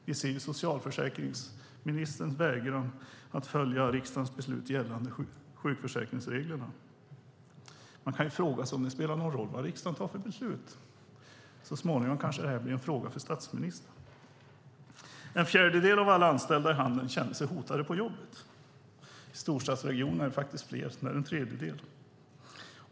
Vi ser socialförsäkringsministerns vägran att följa riksdagens beslut gällande sjukförsäkringsreglerna. Man kan fråga sig om det spelar någon roll vad riksdagen tar för beslut. Så småningom kanske detta blir en fråga för statsministern. En fjärdedel av alla anställda i handeln känner sig hotade på jobbet. I storstadsregionerna är det en tredjedel.